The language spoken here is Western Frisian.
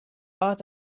âld